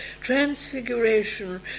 transfiguration